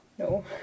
No